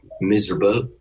miserable